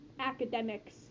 Academics